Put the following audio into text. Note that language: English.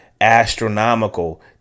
astronomical